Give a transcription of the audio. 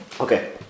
Okay